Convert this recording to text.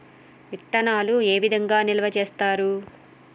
విత్తనాలు ఏ విధంగా నిల్వ చేస్తారు?